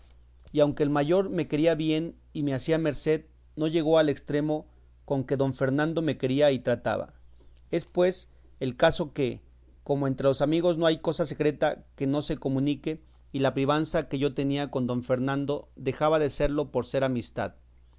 y aunque el mayor me quería bien y me hacía merced no llegó al estremo con que don fernando me quería y trataba es pues el caso que como entre los amigos no hay cosa secreta que no se comunique y la privanza que yo tenía con don fernando dejada de serlo por ser amistad